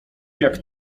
jak